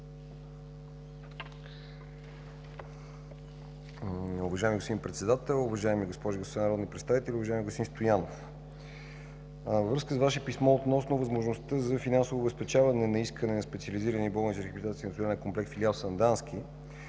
Уважаеми господин Председател, уважаеми госпожи и господа народни представители! Уважаеми господин Стоянов, във връзка с Ваше писмо относно възможността за финансово обезпечаване на искане на Специализирани болници за рехабилитация „Национален комплекс” ЕАД – филиал Сандански,